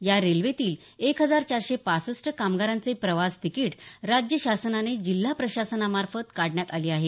या रेल्वेतील एक हजार चारशे पासष्ट कामगारांचे प्रवास तिकिट राज्य शासनाने जिल्हा प्रशासना मार्फत काढण्यात आली आहेत